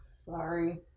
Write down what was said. sorry